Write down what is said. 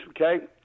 okay